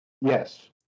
Yes